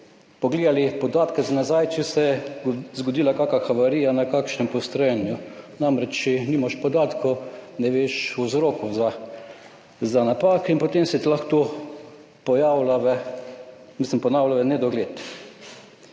pogledali podatke za nazaj, če se je zgodila kakšna havarija na kakšnem postrojenju. Namreč, če nimaš podatkov, ne veš vzrokov za napake in potem se ti lahko to ponavlja v nedogled.